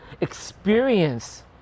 experience